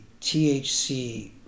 THC